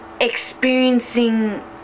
experiencing